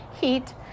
heat